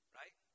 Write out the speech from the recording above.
right